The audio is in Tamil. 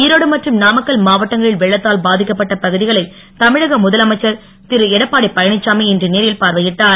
ஈரோடு மற்றும் நாமக்கல் மாவட்டங்களில் வெள்ளத்தால் பாதிக்கப்பட்ட பகுதிகனை தமிழக முதலமைச்சர் திரு எடப்பாடி பழனிச்சாமி இன்று நேரில் பார்வையிட்டார்